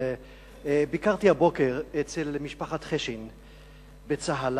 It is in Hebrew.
ביקרתי הבוקר אצל משפחת חשין בצהלה,